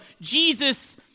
Jesus